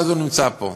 ואז הוא נמצא פה.